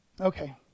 Okay